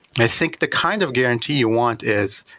i think the kind of guarantee you want is,